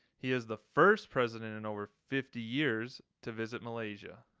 he is the first president in over fifty years to visit malaysia.